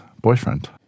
boyfriend